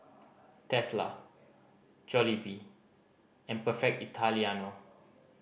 Tesla Jollibee and Perfect Italiano